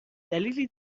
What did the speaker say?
دلیل